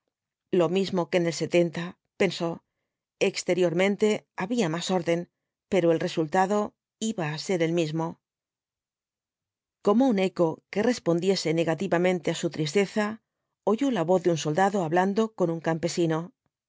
lo mismo que en el pensó exteriormente había más orden pero el resultado iba á ser el mismo como un eco que respondiese negativamente á su tristeza oyó la voz de un soldado hablando con un campesino